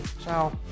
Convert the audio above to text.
Ciao